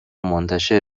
منتشر